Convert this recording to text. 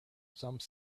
some